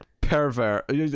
pervert